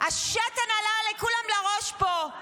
השתן עלה לכולם לראש פה.